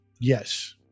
Yes